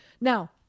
Now